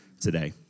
today